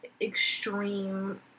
extreme